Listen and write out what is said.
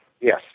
Yes